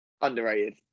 Underrated